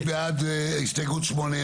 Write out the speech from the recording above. מי בעד הסתייגות 18?